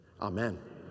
amen